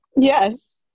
yes